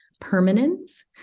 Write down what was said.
permanence